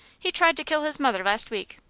he tried to kill his mother last week.